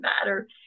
matter